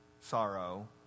sorrow